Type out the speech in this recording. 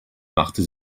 machte